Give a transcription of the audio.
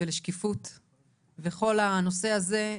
לשקיפות ולכל הנושא הזה,